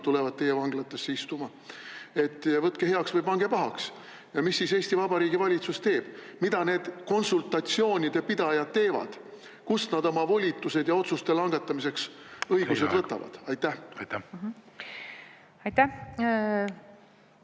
tulevad teie vanglatesse istuma. Võtke heaks või pange pahaks." Ja mis siis Eesti Vabariigi valitsus teeb? Mida need konsultatsioonide pidajad teevad? Kust nad oma volitused ja otsuste langetamise õigused võtavad? Aitäh, härra